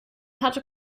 hatte